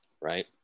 Right